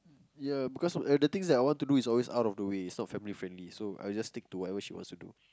ya because of the thing is that I wanted to do is always out of the way is not family friendly so I'll just stick to whatever she wants to do